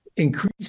increase